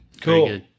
Cool